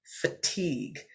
fatigue